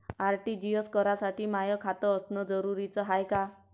RTGS करासाठी माय खात असनं जरुरीच हाय का?